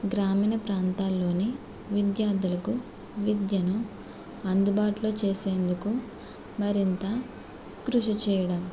గ్రామీణ ప్రాంతాలలోని విద్యార్థులకు విద్యను అందుబాటులో చేసేందుకు మరింత కృషి చేయడం